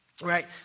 right